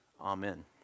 Amen